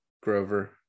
Grover